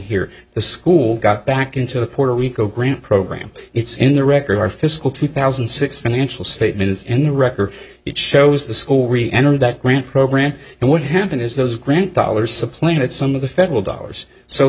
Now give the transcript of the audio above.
here the school got back into the puerto rico grant program it's in the record our fiscal two thousand and six financial statement is in the record it shows the school really entered that grant program and what happened is those grant dollars supplanted some of the federal dollars so